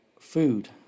food